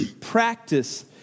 practice